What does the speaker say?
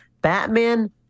Batman